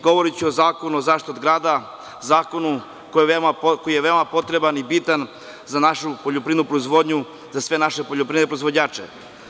Govoriću o Zakonu o zaštiti grada, zakonu koji je veoma potreban i bitan za našu poljoprivrednu proizvodnju, za sve naše poljoprivredne proizvođače.